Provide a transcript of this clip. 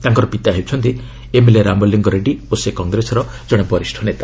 ତାଙ୍କର ପିତା ହେଉଛନ୍ତି ଏମ୍ଏଲ୍ଏ ରାମଲିଙ୍ଗ ରେଡ୍ରି ଓ ସେ କଂଗ୍ରେସର ଜଣେ ବରିଷ୍ଠ ନେତା